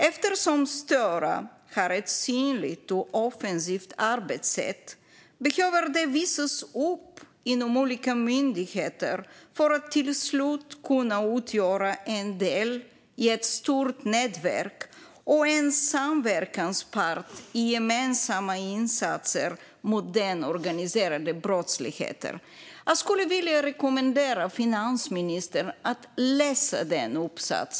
Eftersom STÖRA har ett synligt och offensivt arbetssätt behöver det visas upp inom olika myndigheter för att tillslut kunna utgöra en del i ett stort nätverk och en samverkanspart i gemensamma insatser mot den organiserade brottsligheten." Jag skulle vilja rekommendera finansministern att läsa denna uppsats.